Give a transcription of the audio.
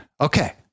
okay